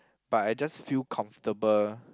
but I just feel comfortable